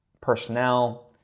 personnel